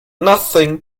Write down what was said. nothing